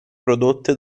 prodotte